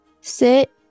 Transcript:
sit